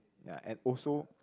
ya and also